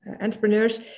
entrepreneurs